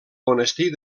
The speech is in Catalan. monestir